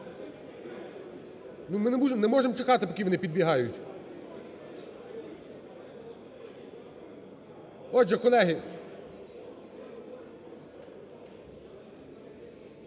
Ми не можемо чекати, поки вони підбігають. Отже, колеги,